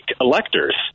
electors